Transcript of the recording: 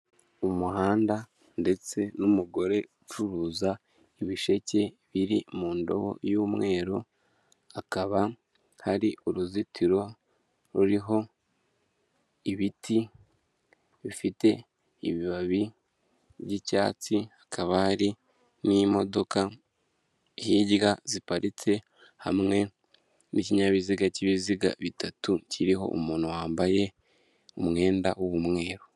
Umuhanda ndetse n'umugore ucuruza ibisheke biri mu ndobo y'umweru, hakaba hari uruzitiro ruriho ibiti bifite ibibabi ry'icyatsi hakaba hari n'imodoka hirya ziparitse hamwe n'ikinyabiziga, k'ibiziga bitatu kiriho umuntu wambaye umwenda w'umweru.